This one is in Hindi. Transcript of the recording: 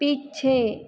पीछे